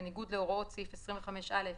בניגוד להוראות סעיף 25(א)